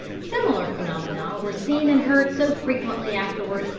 similar phenomena were seen and heard so frequently afterwards,